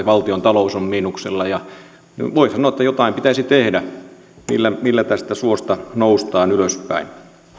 valtiontalous on miinuksella voi sanoa että jotain pitäisi tehdä millä millä tästä suosta noustaan ylöspäin